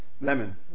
Lemon